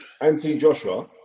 anti-Joshua